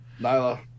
Nyla